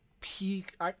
peak